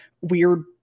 weird